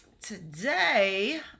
Today